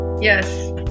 Yes